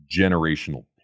generational